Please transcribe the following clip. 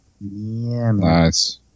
Nice